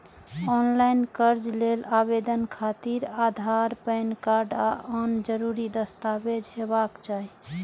ऑनलॉन कर्ज लेल आवेदन खातिर आधार, पैन कार्ड आ आन जरूरी दस्तावेज हेबाक चाही